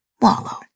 wallow